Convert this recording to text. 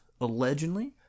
Allegedly